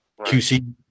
QC